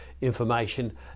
information